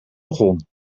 begon